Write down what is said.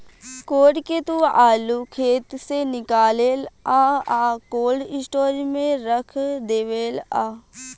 code के तू आलू खेत से निकालेलऽ आ कोल्ड स्टोर में रख डेवेलऽ